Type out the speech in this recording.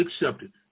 accepted